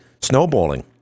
snowballing